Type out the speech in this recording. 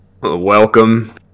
welcome